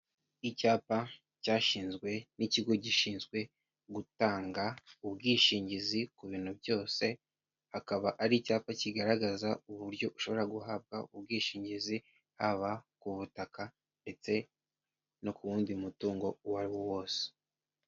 Icyapa cyashinzwe n'ikigo gishinzwe gutanga ubwishingizi ku bintu byose akaba ari icyapa kigaragaza uburyo ushobora guhabwa ubwishingizi, haba ku butaka ndetse no ku wundi mutungo uwo ari wose.